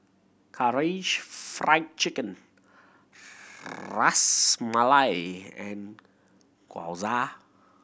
Karaage Fried Chicken Ras Malai and Gyoza